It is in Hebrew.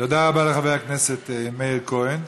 תודה רבה לחבר הכנסת מאיר כהן.